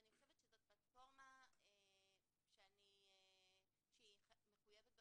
אני חושבת שזאת פלטפורמה שהיא מחויבת המציאות.